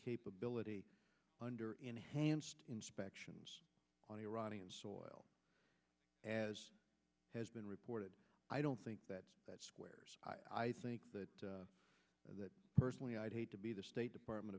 capability under enhanced inspections on iranian soil as has been reported i don't think that that squares i think that that personally i'd hate to be the state department